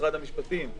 משרד המשפטים: